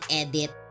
edit